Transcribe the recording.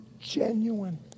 genuine